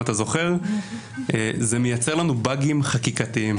אתה זוכר: זה מייצר לנו באגים חקיקתיים.